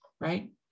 right